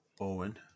Owen